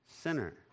sinner